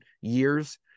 years